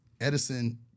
Edison